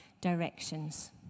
directions